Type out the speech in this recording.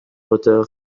retard